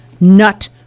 nut